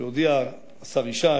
השר ישי